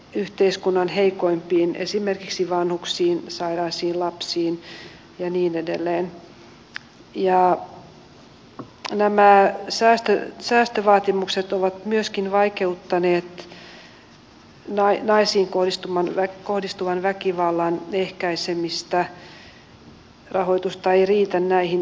den har inte finland ratificerat och det finns det anledning att kritisera men den internationella kritiken av finland är inte alltid korrekt